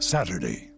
Saturday